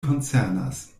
koncernas